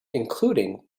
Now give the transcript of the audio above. including